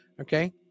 okay